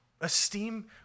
Esteem